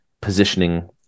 positioning